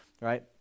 Right